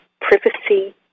privacy